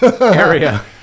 area